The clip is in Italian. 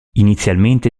inizialmente